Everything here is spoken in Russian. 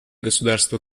государства